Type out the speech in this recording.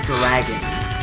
Dragons